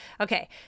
Okay